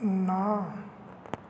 ਨਾ